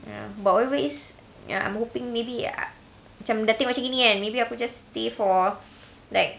ya but whatever it is ya I'm hoping maybe uh macam dah tengok macam gini kan maybe I could just stay for like